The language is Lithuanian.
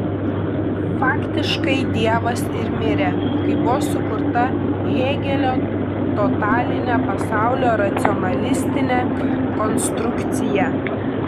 faktiškai dievas ir mirė kai buvo sukurta hėgelio totalinė pasaulio racionalistinė konstrukcija